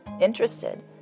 interested